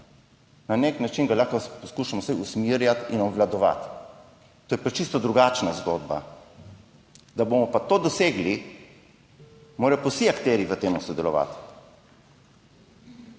Na nek način ga lahko poskušamo usmerjati in obvladovati. To je pa čisto drugačna zgodba. Da bomo pa to dosegli, morajo pa vsi akterji pri tem sodelovati.